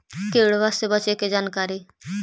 किड़बा से बचे के जानकारी?